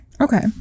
Okay